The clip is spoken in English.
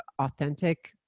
authentic